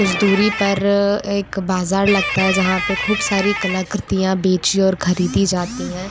कुछ दूरी पर एक बाज़ार लगता है जहाँ पर ख़ूब सारी कलाकृतियाँ बेची और ख़रीदी जाती हैं